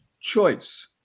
choice